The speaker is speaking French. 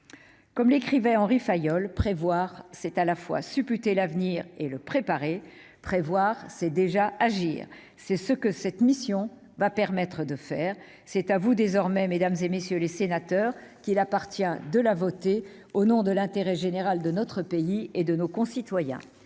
Comme l'écrivait Henri Fayol, « prévoir, c'est à la fois supputer l'avenir et le préparer ; prévoir, c'est déjà agir ». C'est ce que cette mission permet de faire. Mesdames, messieurs les sénateurs, c'est à vous désormais qu'il appartient de la voter, au nom de l'intérêt général de notre pays et de nos concitoyens.